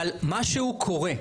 אבל משהו קורה,